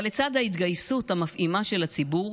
אבל לצד ההתגייסות המפעימה של הציבור,